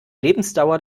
lebensdauer